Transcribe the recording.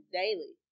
daily